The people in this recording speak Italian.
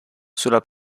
sulla